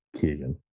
Keegan